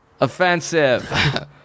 Offensive